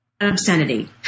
obscenity